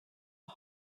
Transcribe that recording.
are